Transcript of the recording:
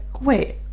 Wait